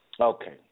Okay